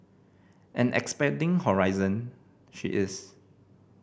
and expanding horizon she is